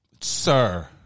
sir